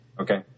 Okay